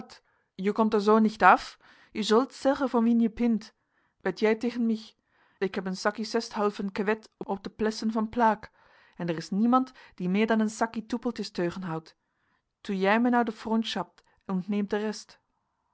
je komt er zoo nicht af je solt seggen voor wien je pint wed jij tegen mich ik heb een sakkie sesthalven kewed op de plessen van plaeck en er is niemand die meer dan een sakkie toepeltjes teugen houdt toe jij me nou de frundschap und neemt de rest